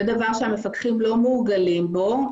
זה דבר שהמפקחים לא מורגלים בו.